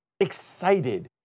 excited